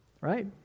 Right